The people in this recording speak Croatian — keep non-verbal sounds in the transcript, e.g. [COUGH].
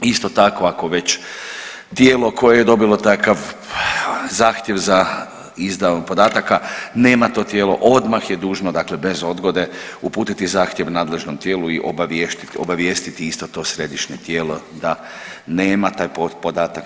Isto tako, ako već tijelo koje je dobilo takav zahtjev za … [UNINTELLIGIBLE] podataka nema to tijelo odmah je dužno, dakle bez odgode uputiti zahtjev nadležnom tijelu i obavijestiti isto to središnje tijelo da nema taj podatak.